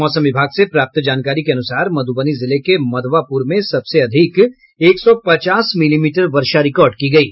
मौसम विभाग से प्राप्त जानकारी के अनुसार मधुबनी जिले के मधवापुर में सबसे अधिक एक सौ पचास मिलीमीटर वर्षा रिकार्ड की गयी